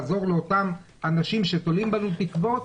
לעזור לאותם אנשים שתולים בנו תקוות,